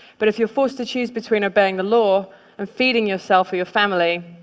but if you're forced to choose between obeying the law and feeding yourself or your family,